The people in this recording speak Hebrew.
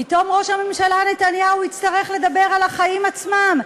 פתאום ראש הממשלה נתניהו יצטרך לדבר על החיים עצמם,